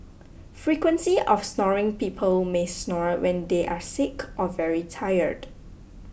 frequency of snoring people may snore when they are sick or very tired